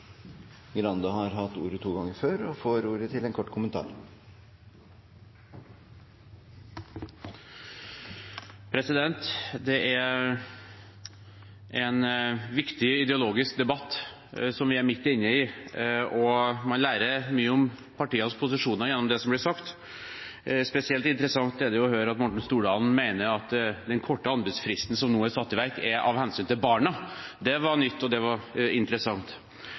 har hatt ordet to ganger tidligere i debatten og får ordet til en kort merknad, begrenset til 1 minutt. Det er en viktig ideologisk debatt vi er midt inne i, og man lærer mye om partienes posisjoner gjennom det som blir sagt. Spesielt interessant er det å høre at Morten Stordalen mener den korte anbudsfristen er satt i verk av hensyn til barna. Det var nytt, og det var interessant.